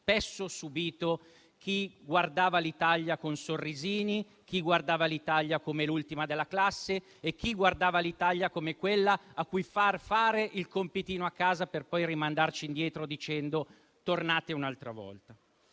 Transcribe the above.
spesso subito chi guardava l'Italia con sorrisini, chi guardava l'Italia come l'ultima della classe e chi guardava l'Italia come quella a cui far fare il compitino a casa, per poi rimandarci indietro dicendo "tornate un'altra volta".